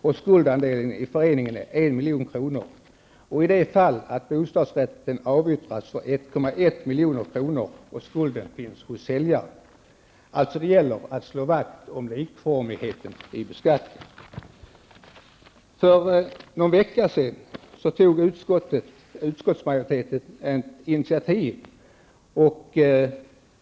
och skuldandelen är 1 milj.kr. och i det fallet att bostadsrätten avyttras för 1,1 milj.kr. och att skulden finns hos säljaren.'' Det gäller således att slå vakt om likformigheten i beskattningen. För någon vecka sedan tog utskottsmajoriteten ett initiativ.